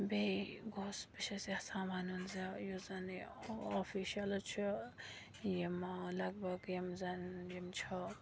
بیٚیہِ گوٚژھ بہٕ چھَس یَژھان وَنُن زِ یُس زَن یہِ آفِشَلٕز چھِ یِم لَگ بَگ یِم زَن یِم چھِ